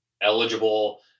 eligible